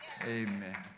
Amen